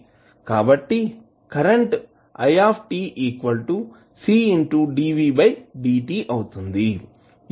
కాబట్టి current i C dvdt అవుతుంది